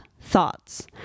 thoughts